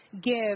give